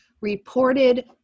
reported